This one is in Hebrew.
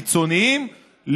קיצוניים,